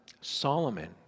Solomon